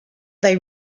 they